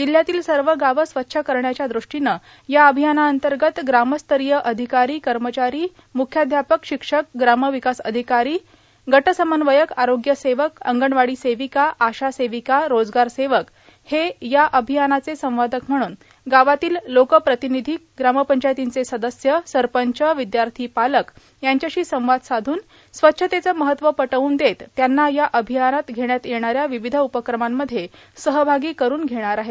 जिल्ह्यातील सर्व गावं स्वच्छ करण्याच्या दृष्टीनं या अभियानांतर्गत ग्रामस्तरीय अधिकारी कर्मचारी मुख्याध्यापक शिक्षक ग्रामविकास अधिकारी गटसमन्वयक आरोग्यसेवक अंगणवाडी सेविका आशा सेविका रोजगार सेवक हे या अभियानाचे संवादक म्हणून गावातील लोकप्रतिनिधी ग्रामपंचायतीचे सदस्य सरपंच विद्यार्थी पालक यांच्याशी संवाद साधून स्वच्छतेचं महत्व पटवून देत त्यांना या अभियानात घेण्यात येणाऱ्या विविध उपक्रमांमध्ये सहभागी करून घेणार आहेत